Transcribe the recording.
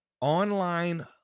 online